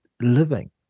living